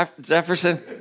Jefferson